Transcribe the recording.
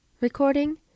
Recording